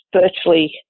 virtually